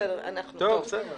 תודה רבה.